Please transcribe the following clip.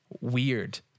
weird